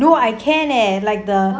no I can leh like the